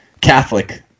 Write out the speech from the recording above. Catholic